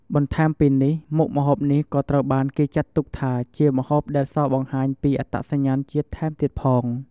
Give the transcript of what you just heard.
បន្ថែមពីនេះមុខម្ហូបនេះក៏ត្រូវបានគេចាត់ទុកថា ជាម្ហូបដែលសរបង្ហាញពីអត្តសញ្ញាណជាតិថែមទៀតផង។